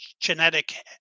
genetic